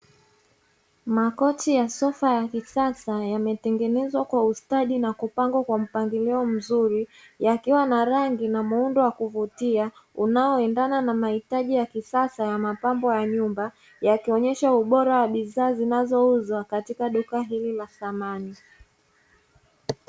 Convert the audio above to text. Makochi ya sofa ya kisasa yametengenezwa kwa ustadi na kupangwa kwa mpangilio mzuri, yakiwa na rangi na muundo wa kuvutia unaoendana na mahitaji ya kisasa ya mapambo ya nyumba yakionyesha ubora wa bidhaa zinazouzwa katika duka hili la samani.